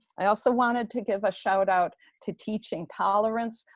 i also wanted to give a shout out to teaching tolerance.